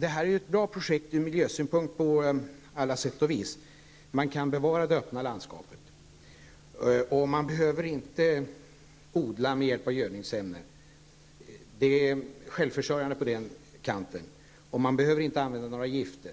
Detta är ju ett bra projekt ur miljösynpunkt på alla sätt. Man kan bevara det öppna landskapet och man behöver inte odla med hjälp av gödningsämnen. Det är självförsörjande på den punkten. Man behöver inte använda några gifter